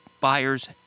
buyers